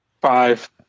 Five